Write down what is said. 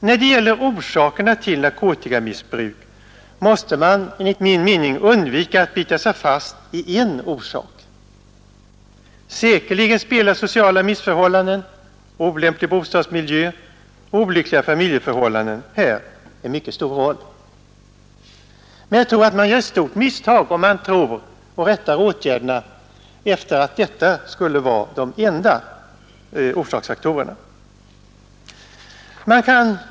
När det gäller orsakerna till narkotikamissbruk måste man enligt min mening undvika att bita sig fast vid en orsak. Säkerligen spelar sociala missförhållanden, olämplig bostadsmiljö och olyckliga familjeförhållanden en mycket stor roll. Jag anser emellertid att man gör ett mycket stort misstag om man tror att detta skulle vara de enda orsaksfaktorerna och rättar åtgärderna därefter.